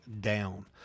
down